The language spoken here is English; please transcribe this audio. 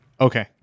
Okay